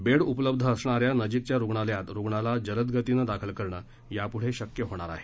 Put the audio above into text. bed उपलब्ध असणाऱ्या नजीकच्या रुग्णालयात रुग्णाला जलदगतीने दाखल करणे यापुढे शक्य होईल